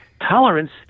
Tolerance